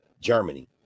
Germany